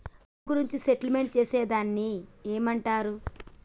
అప్పు గురించి సెటిల్మెంట్ చేసేదాన్ని ఏమంటరు?